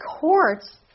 courts